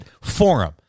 forum